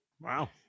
Wow